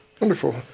Wonderful